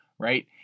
right